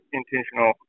intentional